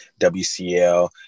WCL